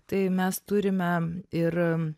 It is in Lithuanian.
tai mes turime ir